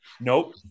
nope